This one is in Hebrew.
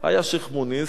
היה שיח'-מוניס,